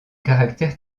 caractère